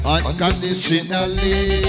Unconditionally